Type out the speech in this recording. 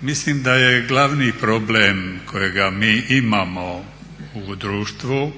Mislim da je glavni problem kojega mi imamo u društvu